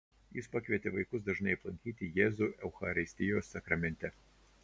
jis pakvietė vaikus dažnai aplankyti jėzų eucharistijos sakramente